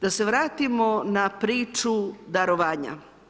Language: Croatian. Da se vratimo na priču darovanja.